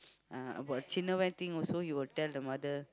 uh about where thing also he will tell the mother